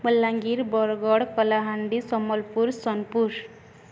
Balangir Bargarh Kalahandi Sambalpur Sonepur